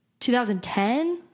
2010